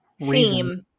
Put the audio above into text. theme